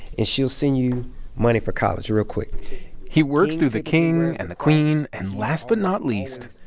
and she'll send you money for college real quick he works through the king and the queen and last but not least.